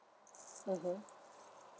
mmhmm